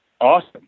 awesome